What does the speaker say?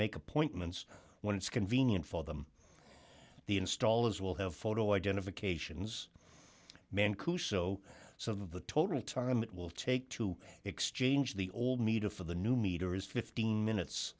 make appointments when it's convenient for them the installers will have photo identifications man couso some of the total time it will take to exchange the old meter for the new meters fifteen minutes